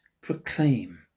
proclaim